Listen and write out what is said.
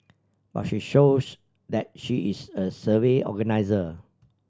but she shows that she is a savvy organiser